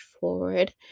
forward